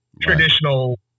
traditional